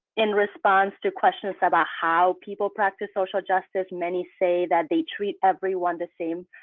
in response to questions about how people practice social justice. many say that they treat everyone the same,